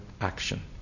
action